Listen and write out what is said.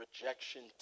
rejection